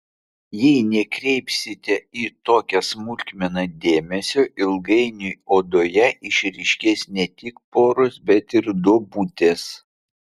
jei nekreipsite į tokią smulkmeną dėmesio ilgainiui odoje išryškės ne tik poros bet ir duobutės